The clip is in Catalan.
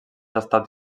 estat